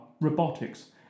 robotics